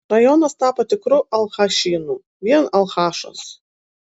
rajonas tapo tikru alchašynu vien alchašos